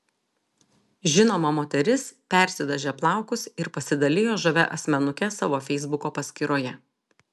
žinoma moteris persidažė plaukus ir pasidalijo žavia asmenuke savo feisbuko paskyroje